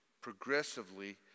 progressively